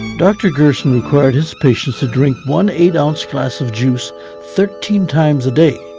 dr. gerson required his patients to drink one eight oz glass of juice thirteen times a day.